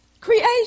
Creation